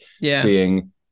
seeing